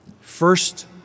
first